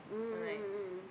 mm mm mm mm mm